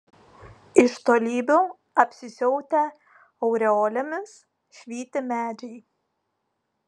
iš tolybių apsisiautę aureolėmis švyti medžiai